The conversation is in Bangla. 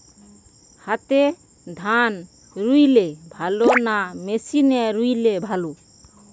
হাতে ধান রুইলে ভালো না মেশিনে রুইলে ভালো?